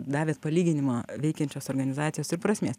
davėt palyginimą veikiančios organizacijos ir prasmės